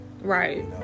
Right